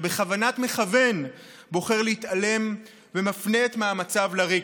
ובכוונת מכוון בוחר להתעלם ומפנה את מאמציו לריק.